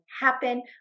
happen